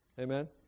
Amen